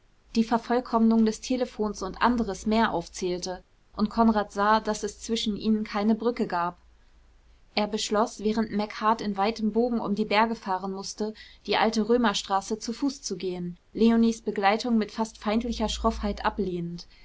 die vervollkommnung des telephons und anderes mehr aufzählte und konrad sah daß es zwischen ihnen keine brücke gab er beschloß während macheart in weitem bogen um die berge fahren mußte die alte römerstraße zu fuß zu gehen leonies begleitung mit fast feindlicher schroffheit ablehnend